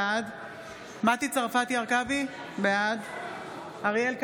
בעד מטי צרפתי הרכבי, בעד אריאל קלנר,